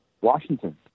Washington